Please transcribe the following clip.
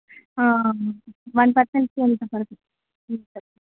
one పర్సన్కి ఎంత పడుతుందండి